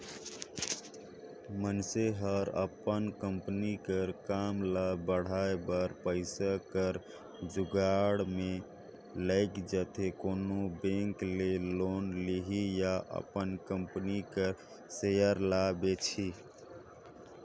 मइनसे हर अपन कंपनी कर काम ल बढ़ाए बर पइसा कर जुगाड़ में लइग जाथे कोनो बेंक ले लोन लिही या अपन कंपनी कर सेयर ल बेंचही